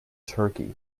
turkey